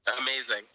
Amazing